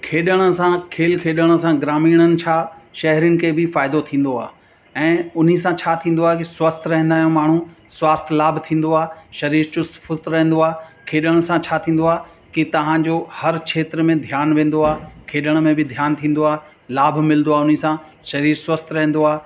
खेॾण सां खेल खेॾण सां ग्रामीणनि छा शहरीन खे बि फ़ाइदो थींदो आहे ऐं उन सां छा थींदो आहे की स्वस्थ रहंदा आहियूं माण्हू स्वास्थ्य लाभ थींदो आहे शरीरु चुस्त फ़ुस्त रहंदो आहे खेॾण सां छा थींदो आहे कि तव्हांजो हर खेत्र में ध्यानु वेंदो आहे खेॾण में बि ध्यान थींदो आहे लाभ मिलंदो आहे उन सां शरीरु स्वस्थ रहंदो आहे